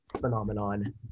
phenomenon